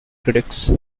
critics